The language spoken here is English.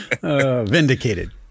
Vindicated